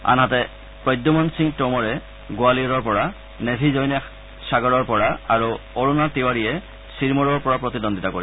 আনহাতে প্ৰদ্যমন সিং টোমৰে গোৱালিয়ৰৰ পৰা নেভী জৈনে সাগৰৰ পৰা আৰু অৰুণা তিৱাৰীয়ে ছিৰমৌৰৰ পৰা প্ৰতিদ্বন্দ্বিতা কৰিব